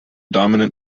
dominant